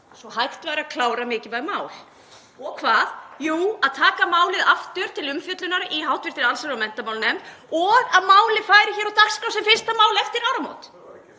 svo hægt væri að klára mikilvæg mál og gera hvað? Jú, að taka málið aftur til umfjöllunar í hv. allsherjar- og menntamálanefnd og að málið færi hér á dagskrá sem fyrsta mál eftir áramót.